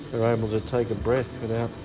are able to take a breath without